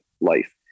life